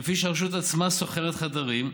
כפי שהרשות עצמה שוכרת חדרים,